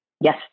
yes